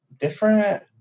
different